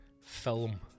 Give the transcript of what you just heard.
film